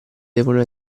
devono